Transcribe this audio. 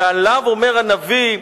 ועליו אומר הנביא: